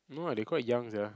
no lah they quite young sia